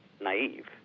naive